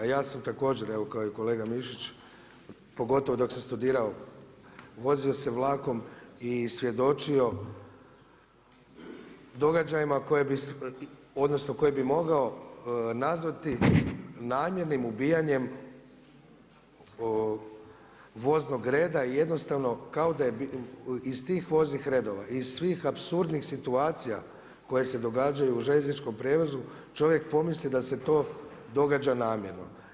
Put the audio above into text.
Ja sam također kao i kolega Mišić pogotovo dok sam studirao vozio se vlakom i svjedočio događajima koje bi mogao nazvati namjernim ubijanjem voznog reda i jednostavno kao da je iz tih voznih redova i svih apsurdnih situacija koje se događaju u željezničkom prijevozu čovjek pomisli da se to događa namjerno.